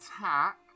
attack